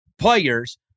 players